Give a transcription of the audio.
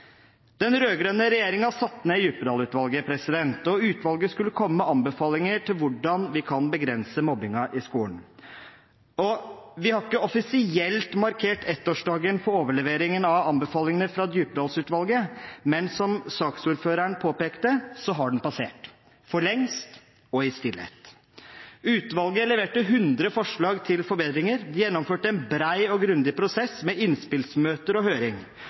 Den rød-grønne regjeringen satte ned Djupedal-utvalget, og utvalget skulle komme med anbefalinger om hvordan vi kan begrense mobbingen i skolen. Vi har ikke offisielt markert ettårsdagen for overleveringen av anbefalingene fra Djupedal-utvalget, men som saksordføreren påpekte, har den passert, for lengst og i stillhet. Utvalget leverte 100 forslag til forbedringer, det gjennomførte en bred og grundig prosess, med innspillsmøter og høring,